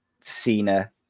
Cena